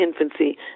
infancy